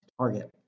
target